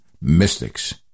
Mystics